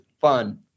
fun